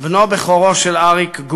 בנו בכורו של אריק,